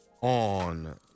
on